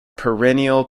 perennial